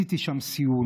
עשיתי שם סיור,